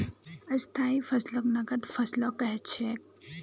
स्थाई फसलक नगद फसलो कह छेक